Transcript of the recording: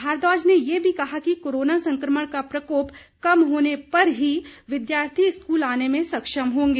भारद्वाज ने ये भी कहा कि कोरोना संक्रमण का प्रकोप कम होने पर ही विद्यार्थी स्कूल आने में सक्षम होंगे